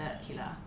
circular